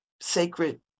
sacred